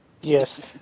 Yes